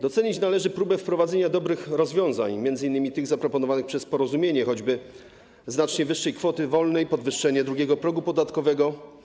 Docenić należy próbę wprowadzenia dobrych rozwiązań, m.in. tych zaproponowanych przez Porozumienie, dotyczących choćby znacznie wyższej kwoty wolnej, podwyższenia drugiego progu podatkowego.